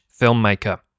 filmmaker